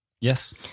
Yes